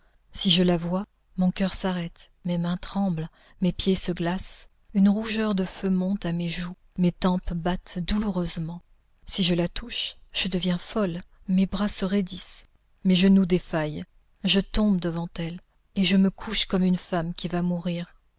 si je la vois mon coeur s'arrête mes mains tremblent mes pieds se glacent une rougeur de feu monte à mes joues mes tempes battent douloureusement si je la touche je deviens folle mes bras se raidissent mes genoux défaillent je tombe devant elle et je me couche comme une femme qui va mourir